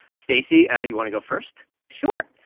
stacey, ah you want to go first? sure,